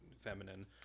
feminine